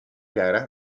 gara